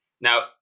Now